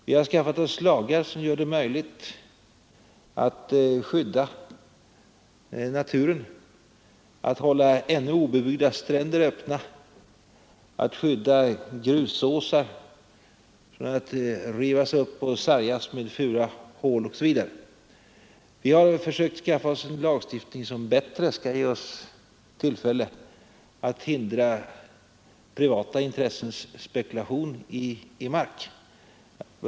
Vi har skaffat oss lagar som gör det möjligt att skydda naturen — att hålla ännu obebyggda stränder öppna, att skydda grusåsar från att rivas upp och förhindra att landskapet sargas genom fula hål osv. Vi har försökt skaffa oss lagar som kan ge oss bättre möjligheter att hindra privata intressens spekulation i mark.